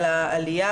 על העלייה,